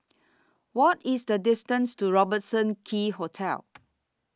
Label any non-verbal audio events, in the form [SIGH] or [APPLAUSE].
What IS The distance to Robertson Quay Hotel [NOISE]